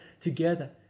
together